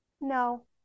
No